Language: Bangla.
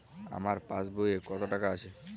আমার পাসবই এ কত টাকা আছে?